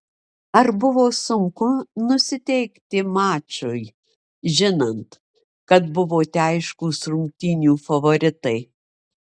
ar buvo sunku nusiteikti mačui žinant kad buvote aiškūs rungtynių favoritai